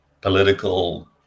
political